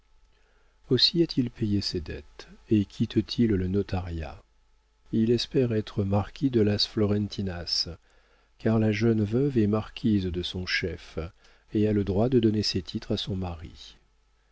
aussi a-t-il payé ses dettes et quitte-t-il le notariat il espère être marquis de las florentinas car la jeune veuve est marquise de son chef et a le droit de donner ses titres à son mari